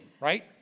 right